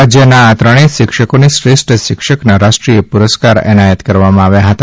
રાજ્યના આ ત્રણેય શિક્ષકોને શ્રેષ્ઠ શિક્ષકના રાષ્ટ્રીય પુરસ્કાર એનાયત કરવામાં આવ્યા હતા